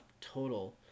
total